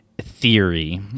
theory